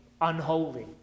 unholy